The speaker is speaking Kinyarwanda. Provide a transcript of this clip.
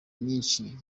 nyinshi